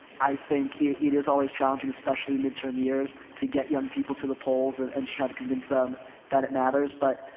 i think it, it is always challenging especially midterm years to get young people to the polls and, and to try to convince them that it matters. but,